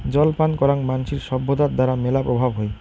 জল পান করাং মানসির সভ্যতার দ্বারা মেলা প্রভাব হই